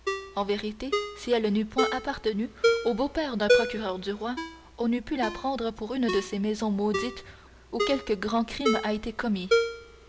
en vérité si elle n'eût point appartenu au beau-père d'un procureur du roi on eût pu la prendre pour une de ces maisons maudites où quelque grand crime a été commis